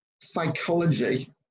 psychology